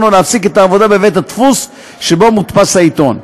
או להפסיק את העבודה בבית-הדפוס שבו מודפס העיתון.